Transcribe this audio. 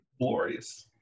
Glorious